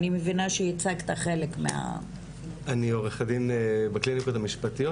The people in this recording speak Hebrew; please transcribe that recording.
אני מבינה שייצגת חלק מה - אני עוה"ד בקליניקות המשפטיות